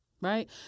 right